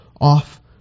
off